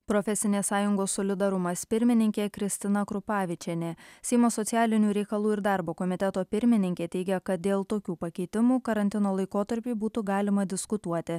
profesinės sąjungos solidarumas pirmininkė kristina krupavičienė seimo socialinių reikalų ir darbo komiteto pirmininkė teigia kad dėl tokių pakeitimų karantino laikotarpiui būtų galima diskutuoti